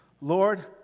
Lord